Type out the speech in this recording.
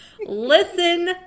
Listen